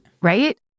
Right